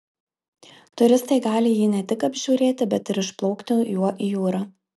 turistai gali jį ne tik apžiūrėti bet ir išplaukti juo į jūrą